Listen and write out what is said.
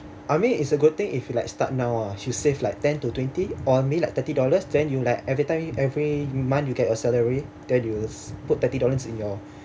I mean is a good thing if you like start now ah should save like ten to twenty or maybe like thirty dollars then you like every time every month you get your salary then you put thirty dollars in your